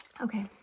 okay